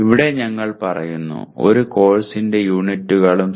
ഇവിടെ ഞങ്ങൾ പറയുന്നു ഒരു കോഴ്സിന്റെ യൂണിറ്റുകളും സി